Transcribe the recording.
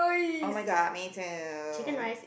oh-my-god me too